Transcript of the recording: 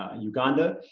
uganda.